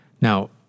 Now